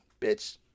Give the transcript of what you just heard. bitch